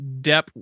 Depp